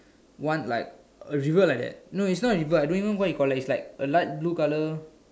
one like a river like that no it's not river I don't even what you call that is like a light blue colour